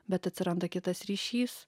bet atsiranda kitas ryšys